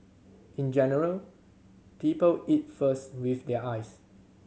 in general people eat first with their eyes